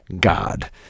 God